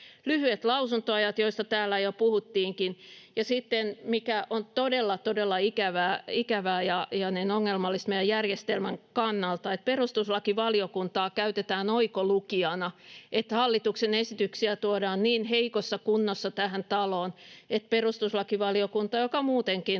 Lyhyet lausuntoajat, joista täällä jo puhuttiinkin. Ja sitten se, mikä on todella, todella ikävää ja ongelmallista meidän järjestelmän kannalta, on se, että perustuslakivaliokuntaa käytetään oikolukijana, eli se, että hallituksen esityksiä tuodaan niin heikossa kunnossa tähän taloon, että perustuslakivaliokunta, joka muutenkin